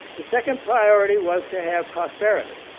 the second priority was to have prosperity.